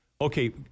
Okay